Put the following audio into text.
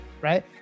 right